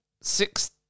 Six